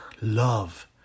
love